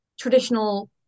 Traditional